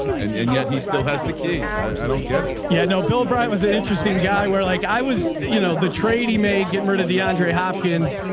and and yet he still has the keys. i don't get it. yeah, no, bill brian was an interesting guy where like i was, you know, the trade he made getting rid of the andre hopkins.